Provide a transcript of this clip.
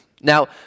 Now